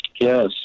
yes